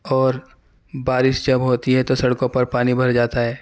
اور بارش جب ہوتی ہے تو سڑکوں پر پانی بھر جاتا ہے